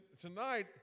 tonight